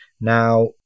Now